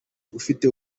ufite